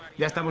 yes, um